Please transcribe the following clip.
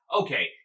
okay